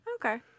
Okay